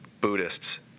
Buddhists